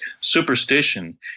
superstition